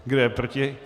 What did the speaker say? Kdo je proti?